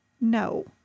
No